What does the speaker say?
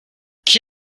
qui